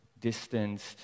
distanced